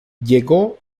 llegó